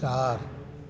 चार